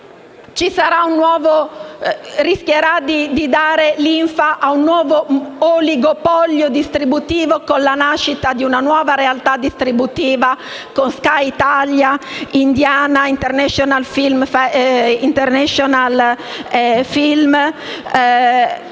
rischierà di dare linfa a un nuovo oligopolio distributivo, con la nascita di un nuova realtà distributiva, con Sky Italia, Indiana, Italian International film, Cattleya,